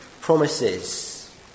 promises